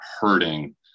hurting